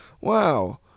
Wow